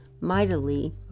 mightily